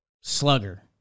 slugger